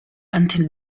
until